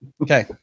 Okay